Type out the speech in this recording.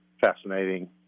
fascinating